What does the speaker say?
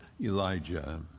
Elijah